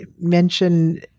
mention